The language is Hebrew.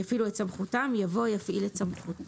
יפעילו את סמכותם" יבוא "יפעיל את סמכותו";